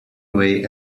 away